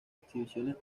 exhibiciones